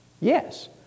Yes